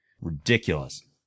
ridiculous